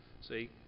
See